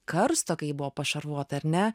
karsto kai ji buvo pašarvota ar ne